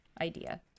idea